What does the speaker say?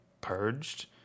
purged